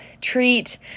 treat